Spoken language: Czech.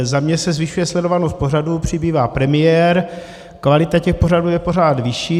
Za mě se zvyšuje sledovanost pořadů, přibývá premiér, kvalita těch pořadů je pořád vyšší.